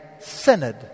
synod